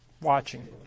watching